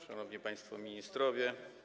Szanowni Państwo Ministrowie!